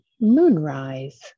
Moonrise